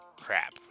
Crap